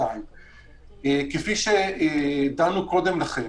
השאלה היחידה היא, מה שאתה שואל בעצם,